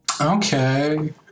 Okay